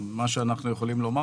תסביר למה.